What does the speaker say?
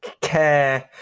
care